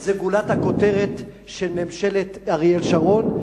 זה גולת הכותרת של ממשלת אריאל שרון.